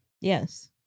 Yes